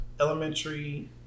elementary